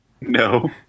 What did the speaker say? no